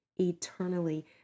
eternally